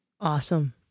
Awesome